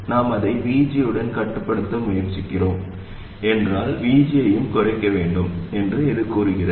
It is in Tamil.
நாம் அதை VG உடன் கட்டுப்படுத்த முயற்சிக்கிறோம் என்றால் VG ஐயும் குறைக்க வேண்டும் என்று இது கூறுகிறது